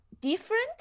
different